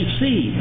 see